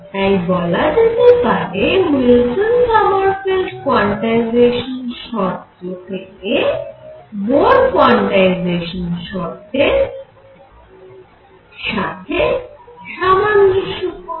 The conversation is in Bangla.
তাই বলা যেতে পারে উইলসন সমারফেল্ড কোয়ান্টাইজেশান শর্ত বোর কোয়ান্টাইজেশান শর্তের সাথে সামঞ্জস্যপূর্ণ